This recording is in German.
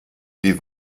die